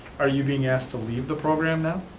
are you being asked to leave the program now?